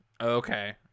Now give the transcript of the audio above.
Okay